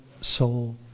soul